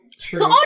true